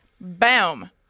boom